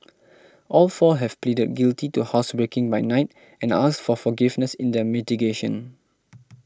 all four have pleaded guilty to housebreaking by night and asked for forgiveness in their mitigation